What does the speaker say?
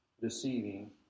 deceiving